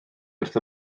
wrth